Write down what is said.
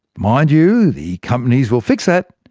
mind you, the companies will fix that,